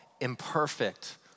imperfect